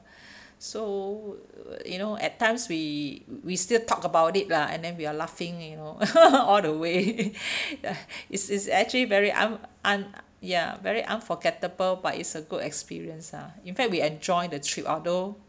so you know at times we we still talk about it lah and then we are laughing you know all the way it's it's actually very un~ un~ ya very unforgettable but it's a good experience ah in fact we enjoy the trip although